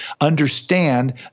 understand